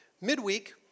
Midweek